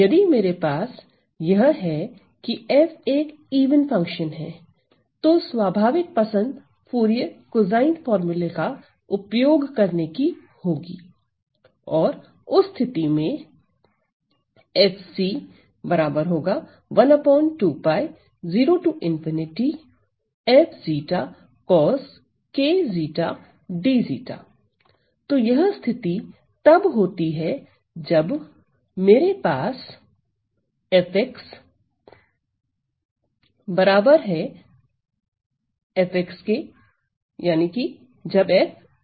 यदि मेरे पास यह है की f एक इवन फंक्शन है तो स्वाभाविक पसंद फूरिये कोसाइन फार्मूला का उपयोग करने की होगी और उस स्थिति में तो यह स्थिति तब होती है जब मेरे पास f f जब f इवन है